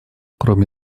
кроме